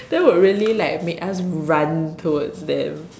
that would really like make us run towards them